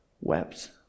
wept